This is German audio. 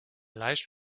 leicht